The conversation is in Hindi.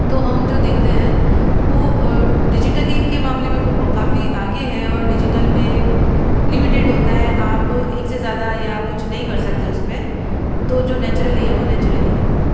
तो हम जो देखते हैं वो डिजिटली के मामले में वो काफ़ी आगे है और डिजिटल में लिमिटेड होता है आप एक से ज्यादा या कुछ नहीं कर सकते उसमें तो जो नैचुरली है वो नैचुरली है